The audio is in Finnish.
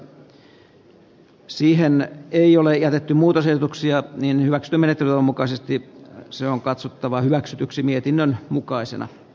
sanna lauslahti ei ole paikalla niin hyvät ja metro mukaisesti se on katsottava hyväksytyksi mietinnön mukaisena